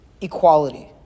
equality